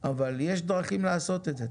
אבל יש דרכים לעשות את זה,